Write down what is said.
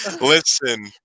listen